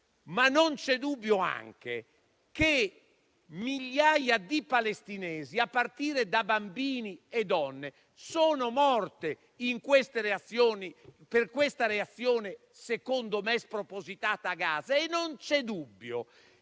Non c'è dubbio anche che migliaia di palestinesi, a partire da bambini e donne, sono morti per questa reazione, a mio avviso, spropositata, a Gaza. Non c'è dubbio